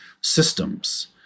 systems